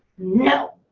no.